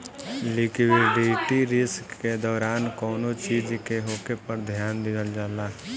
liquidity risk के दौरान कौनो चीज के होखे पर ध्यान दिहल जाला